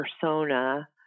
persona